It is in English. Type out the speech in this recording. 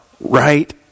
right